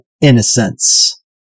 innocence